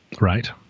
Right